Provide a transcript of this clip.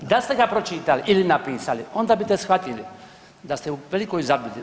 Da ste ga pročitali ili napisali onda bite shvatili da ste u velikoj zabludi.